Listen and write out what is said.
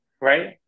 right